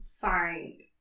find